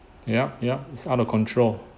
yup yup it's out of control